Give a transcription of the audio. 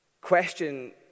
question